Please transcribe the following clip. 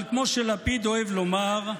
אבל כמו שלפיד אוהב לומר,